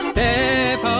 Step